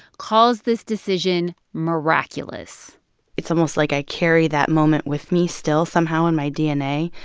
calls this decision miraculous it's almost like i carry that moment with me still somehow in my dna.